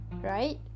right